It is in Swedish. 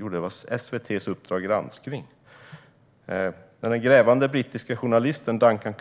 Jo, det var SVT:s Uppdrag granskning . När den grävande brittiske journalisten Duncan